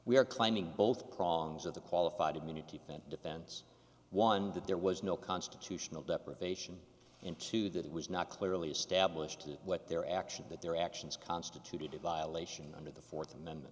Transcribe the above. are claiming both prongs of the qualified immunity defense one that there was no constitutional deprivation into that it was not clearly established that what their actions that their actions constituted a violation under the fourth a